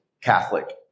Catholic